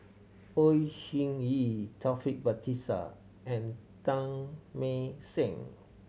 Au Hing Yee Taufik Batisah and Teng Mah Seng